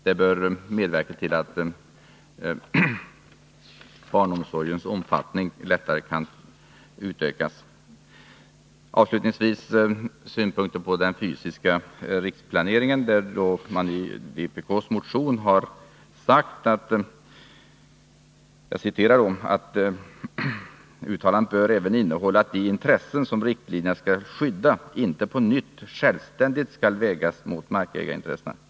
Detta bör medverka till att barnomsorgen lättare kan utökas. Avslutningsvis vill jag ta upp de synpunkter på den fysiska riksplaneringen som har kommit till uttryck i vpbk-motionen. I motionen sägs följande: ”Detta uttalande bör även innehålla att de intressen som riktlinjerna skall skydda inte på nytt självständigt skall vägas mot markägarintressena.